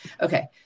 Okay